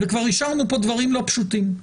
כבר אישרנו כאן דברים לא פשוטים.